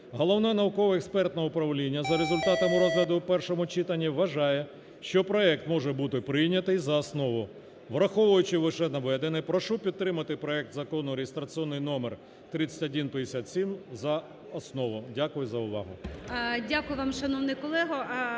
Головне науково-експертне управління за результатами розгляду у першому читанні вважає, що проект може бути прийняти за основу. Враховуючи вищенаведене, прошу підтримати проект Закону (реєстраційний номер 3157) за основу. Дякую за увагу.